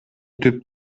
түп